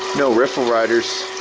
no riffle riders.